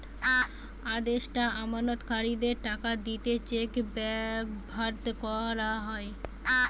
আদেষ্টা আমানতকারীদের টাকা দিতে চেক ব্যাভার কোরা হয়